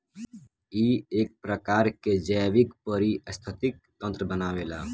इ एक प्रकार के जैविक परिस्थितिक तंत्र बनावेला